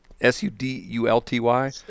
s-u-d-u-l-t-y